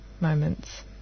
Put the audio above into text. moments